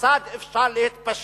כיצד אפשר להתפשט,